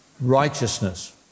righteousness